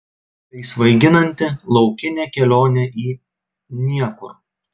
tai svaiginanti laukinė kelionė į niekur